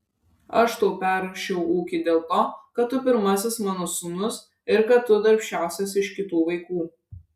aš tau perrašiau ūkį dėl to kad tu pirmasis mano sūnus ir kad tu darbščiausias iš kitų vaikų